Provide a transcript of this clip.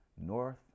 North